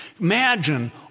Imagine